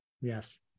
Yes